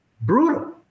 brutal